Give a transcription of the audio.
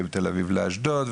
ומתל אביב לאשדוד,